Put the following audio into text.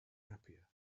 happier